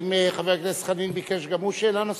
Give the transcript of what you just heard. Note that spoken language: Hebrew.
האם חבר הכנסת חנין ביקש גם הוא שאלה נוספת?